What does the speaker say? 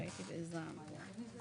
נכון?